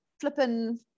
flippin